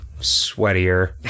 sweatier